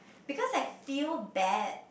because I feel bad